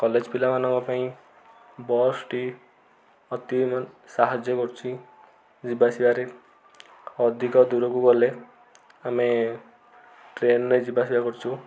college ପିଲାମାନଙ୍କ ପାଇଁ ବସ୍ଟି ସାହାଯ୍ୟ କରୁଛି ଯିବା ଆସିବାରେ ଅଧିକ ଦୂରକୁ ଗଲେ ଆମେ ଟ୍ରେନ୍ରେ ଯିବା ଆସିବା କରୁଛୁ